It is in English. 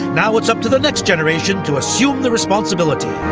now it's up to the next generation to assume the responsibility,